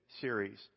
series